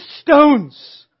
stones